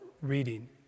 reading